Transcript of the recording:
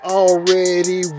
already